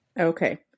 Okay